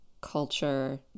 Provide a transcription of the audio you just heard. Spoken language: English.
culture